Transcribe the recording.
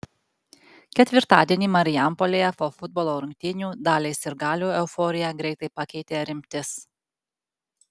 ketvirtadienį marijampolėje po futbolo rungtynių daliai sirgalių euforiją greitai pakeitė rimtis